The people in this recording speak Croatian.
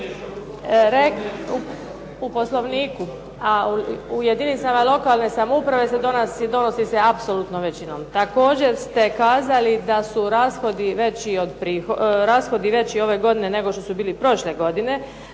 U Poslovniku, a u jedinicama lokalne samouprave se donosi se apsolutnom većinom. Također ste kazali da su rashodi veći ove godine nego što su bili prošle godine.